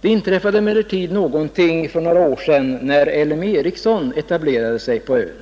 Det inträffade emellertid någonting nytt för några år sedan när LM Ericsson etablerade sig på ön.